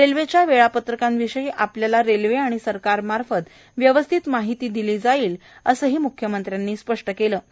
रेल्वेच्या वेळापत्रकाविषयी आपल्याला रेल्वे व सरकारमार्फत व्यवस्थित माहिती दिली जाईल असेही म्ख्यमंत्र्यांनी सांगितले आहे